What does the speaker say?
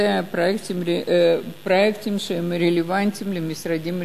אלה פרויקטים שהם רלוונטיים למשרדים.